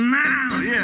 now